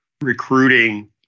recruiting